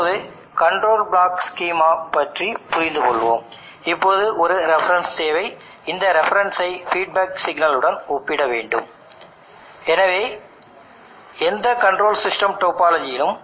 இப்போது voltage scaling முறையைப் போலவே இந்த PV அமைப்பிற்காக டியூட்டி சைக்கிள் எவ்வாறு உருவாக்கப்படுகிறது என்பதை பார்க்கலாம்